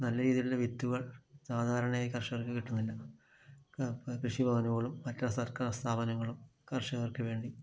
നല്ല രീതിയിലുള്ള വിത്തുകൾ സാധാരണയായി കർഷകർക്ക് കിട്ടുന്നില്ല കൃഷിഭവനോളം മറ്റ് സർക്കാർ സ്ഥാപനങ്ങളും കർഷകർക്കു വേണ്ടി